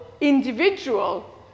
individual